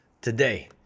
today